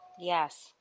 Yes